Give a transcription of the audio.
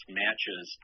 matches